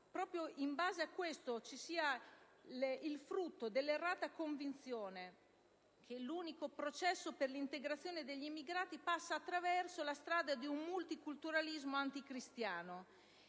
immune l'Europa, sia frutto dell'errata convinzione che l'unico processo per l'integrazione degli immigrati passa attraverso la strada di un multiculturalismo anticristiano;